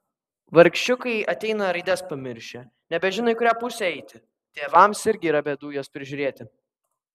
vargšiukai ateina raides pamiršę nebežino į kurią pusę eiti tėvams irgi yra bėdų juos prižiūrėti